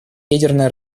ядерное